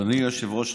אדוני היושב-ראש,